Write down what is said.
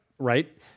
Right